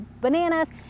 bananas